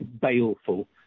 baleful